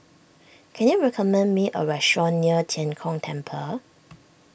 can you recommend me a restaurant near Tian Kong Temple